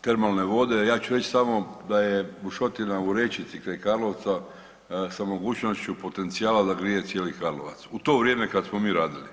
termalne vode, ja ću reći samo da je bušotina u Rečici kraj Karlovca sa mogućošću potencijala da grije cijeli Karlovac, u to vrijeme kad smo mi radili.